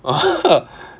oh